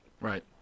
Right